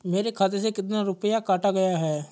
मेरे खाते से कितना रुपया काटा गया है?